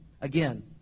again